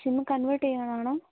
sim convert ചെയ്യാനാണോ